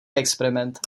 experiment